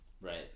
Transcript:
right